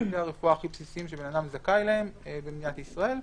שירותי הרפואה הכי בסיסיים שאדם זכאי להם במדינת ישראל.